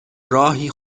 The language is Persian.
راهی